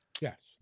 Yes